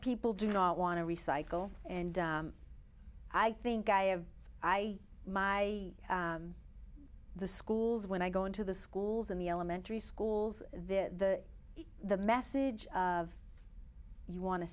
people do not want to recycle and i think i have i my the schools when i go into the schools in the elementary schools the the message of you want to